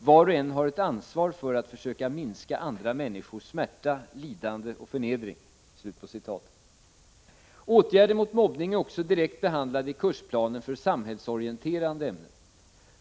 Var och en har ett ansvar för att försöka minska andra människors smärta, lidande och förnedring.” Åtgärder mot mobbning är också direkt behandlade i kursplanen för samhällsorienterande ämnen.